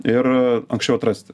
ir anksčiau atrasti